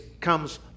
comes